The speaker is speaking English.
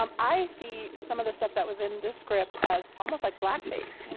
um i see some of the stuff that was in this script as almost like black face, you know